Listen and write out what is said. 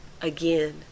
Again